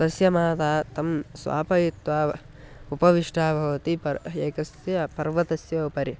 तस्य माता तं स्वापयित्वा उपविष्टा भवति परं एकस्य पर्वतस्य उपरि